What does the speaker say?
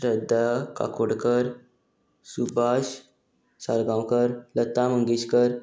Shraddha Kakodkar Subhash Salgaonkar Lata Mangeshkar